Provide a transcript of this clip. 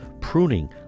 pruning